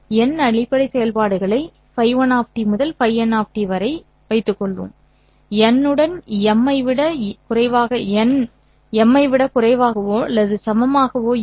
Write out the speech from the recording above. n அடிப்படை செயல்பாடுகளை ϕ1 முதல் n வரை காணலாம் n உடன் m ஐ விட குறைவாகவோ அல்லது சமமாகவோ இருக்கும்